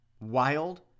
wild